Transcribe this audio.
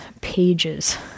pages